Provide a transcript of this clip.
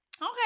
Okay